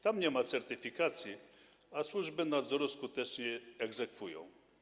Tam nie ma certyfikacji, a służby nadzoru skutecznie je egzekwują.